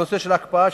הנושא של ההקפאה,